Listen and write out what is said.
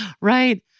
right